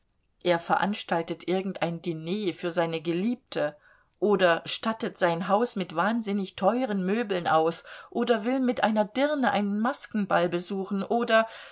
er veranstaltet irgendein diner für seine geliebte oder stattet sein haus mit wahnsinnig teuren möbeln aus oder will mit einer dirne einen maskenball besuchen oder